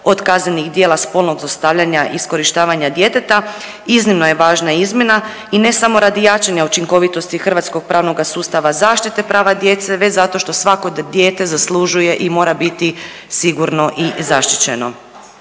od kaznenih djela spolnog zlostavljanja i iskorištavanja djeteta. Iznimno je važna izmjena i ne samo radi jačanja učinkovitosti hrvatskog pravnoga sustava zaštite prava djece već zato što svako dijete zaslužuje i mora biti sigurno i zaštićeno.